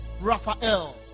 Raphael